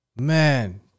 Man